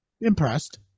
impressed